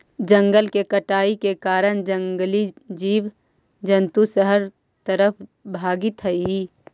जंगल के कटाई के कारण जंगली जीव जंतु शहर तरफ भागित हइ